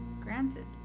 Granted